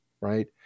right